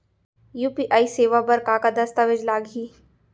UPI सेवा बर का का दस्तावेज लागही?